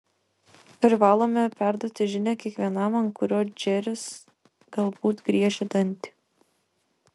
privalome perduoti žinią kiekvienam ant kurio džeris galbūt griežia dantį